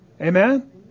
Amen